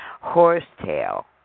horsetail